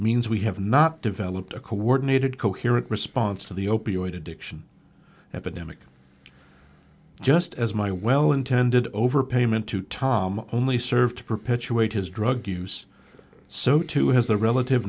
means we have not developed a coordinated coherent response to the opioid addiction epidemic just as my well intended overpayment to tom only served to perpetuate his drug use so too has the relative